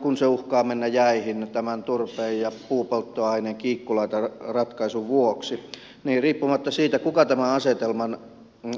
kun se uhkaa mennä jäihin tämän turpeen ja puupolttoaineen kiikkulautaratkaisun vuoksi niin riippumatta siitä kuka tämän asetelman